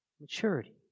maturity